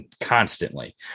constantly